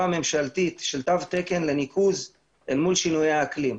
ממשלתית של תו תקן לניקוז אל מול שינויי האקלים.